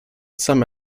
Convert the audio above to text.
some